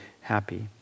happy